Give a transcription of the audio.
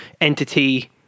entity